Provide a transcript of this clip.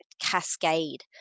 cascade